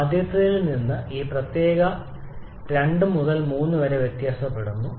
ആദ്യത്തേതിൽ നിന്ന് ഈ പ്രത്യേകത 2 മുതൽ 3 വരെ വ്യത്യാസപ്പെടുന്നു